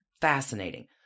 fascinating